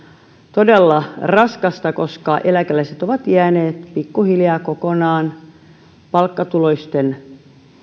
todella raskasta koska eläkeläiset ovat jääneet pikkuhiljaa kokonaan takakynteen palkkatuloisiin